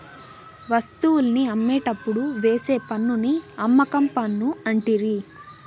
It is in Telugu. వస్తువుల్ని అమ్మేటప్పుడు వేసే పన్నుని అమ్మకం పన్ను అంటిరి